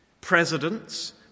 presidents